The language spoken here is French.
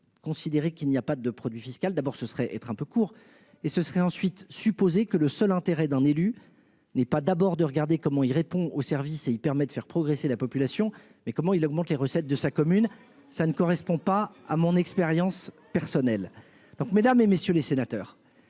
considéré qu'il n'y a pas de produit fiscal. D'abord ce serait être un peu court, et ce serait ensuite supposer que le seul intérêt d'un élu n'est pas d'abord de regarder comment il répond au service et il permet de faire progresser la population mais comment il augmente les recettes de sa commune. Ça ne correspond pas à mon expérience personnelle donc mesdames et messieurs les sénateurs.